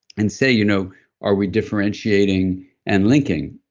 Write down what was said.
and say you know are we differentiating and linking?